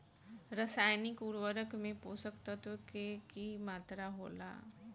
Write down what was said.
रसायनिक उर्वरक में पोषक तत्व के की मात्रा होला?